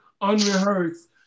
unrehearsed